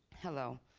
hello.